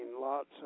lots